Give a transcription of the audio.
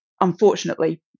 unfortunately